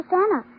Santa